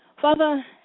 Father